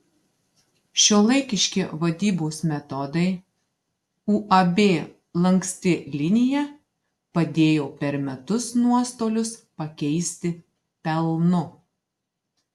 šiuolaikiški vadybos metodai uab lanksti linija padėjo per metus nuostolius pakeisti pelnu